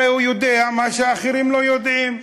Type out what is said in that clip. הרי הוא יודע מה שאחרים לא יודעים.